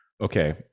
okay